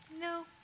No